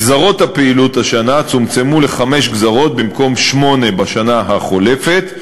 גזרות הפעילות השנה צומצמו לחמש במקום שמונה בשנה החולפת,